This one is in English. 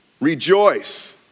Rejoice